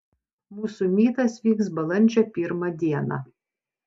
mūsų mytas vyks balandžio pirmą dieną